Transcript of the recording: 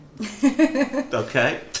Okay